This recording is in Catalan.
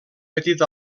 petit